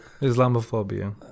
Islamophobia